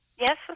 Yes